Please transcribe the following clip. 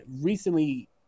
recently